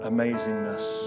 amazingness